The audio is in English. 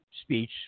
speech